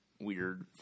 Weird